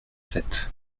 sept